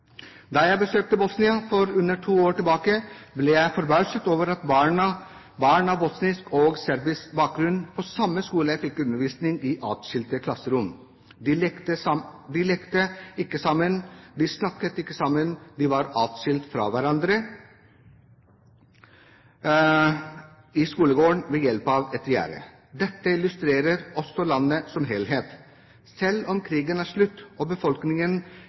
Da jeg besøkte Bosnia for under to år tilbake, ble jeg forbauset over at barn av bosnisk og serbisk bakgrunn på samme skole fikk undervisning i atskilte klasserom. De lekte ikke sammen, de snakket ikke sammen, de var atskilt fra hverandre i skolegården ved hjelp av et gjerde. Dette illustrerer også landet som helhet. Selv om krigen er slutt og befolkningen